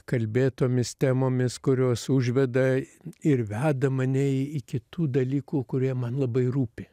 kalbėt tomis temomis kurios užveda ir veda mane į iki tų dalykų kurie man labai rūpi